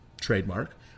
trademark